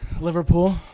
Liverpool